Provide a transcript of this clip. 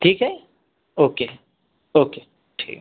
ठीक आहे okay okay ठीक